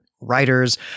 writers